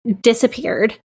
disappeared